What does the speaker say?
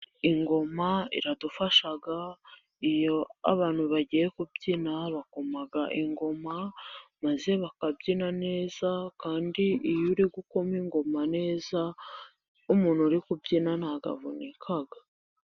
Ingoma iradufasha, iyo abantu bagiye kubyina bakoma ingoma maze bakabyina neza, kandi iyo uri gukoma ingoma neza umuntu uri kubyina ntabwo avunika.